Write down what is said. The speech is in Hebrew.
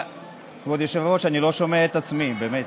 כבוד היושבת-ראש, אני לא שומע את עצמי, באמת.